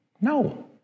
No